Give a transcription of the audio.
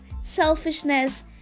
selfishness